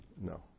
No